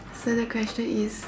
so the question is